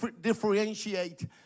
differentiate